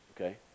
okay